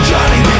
Johnny